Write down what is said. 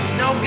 no